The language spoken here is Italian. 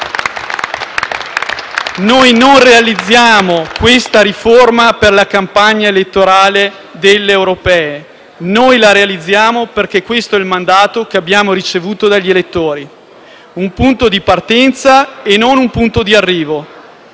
Noi non realizziamo questa riforma per la campagna elettorale delle elezioni europee: noi la realizziamo perché questo è il mandato che abbiamo ricevuto dagli elettori; un punto di partenza e non un punto di arrivo.